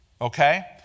okay